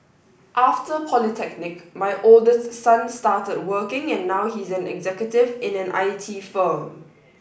after polytechnic my oldest son started working and now he's an executive in an I T firm